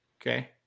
Okay